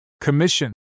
commission